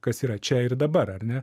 kas yra čia ir dabar ar ne